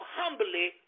humbly